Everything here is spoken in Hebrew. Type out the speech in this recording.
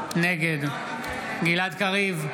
נגד גלעד קריב,